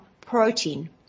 protein